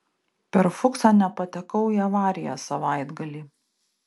per fuksą nepatekau į avariją savaitgalį